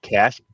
Cash